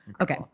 Okay